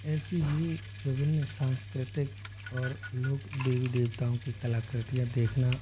ऐसी ही विभिन्न सांस्कृतिक और लोक देवी देवताओं की कलाकृतियाँ देखना